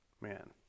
Man